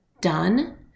done